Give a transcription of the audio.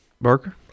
Barker